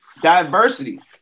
diversity